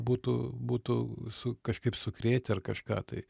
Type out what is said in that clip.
būtų būtų su kažkaip sukrėtę ar kažką tai